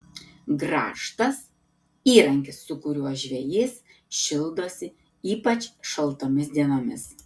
grąžtas įrankis su kuriuo žvejys šildosi ypač šaltomis dienomis